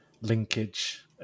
linkage